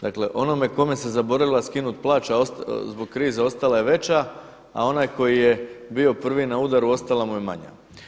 Dakle onome kome se zaboravila skinuti plaća zbog krize ostala je veća a onaj koji je bio prvi na udaru ostala mu je manja.